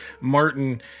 Martin